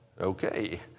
okay